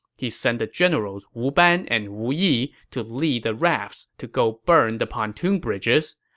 he sent the generals wu ban and wu yi to lead the rafts to go burn the pontoon bridges.